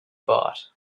bought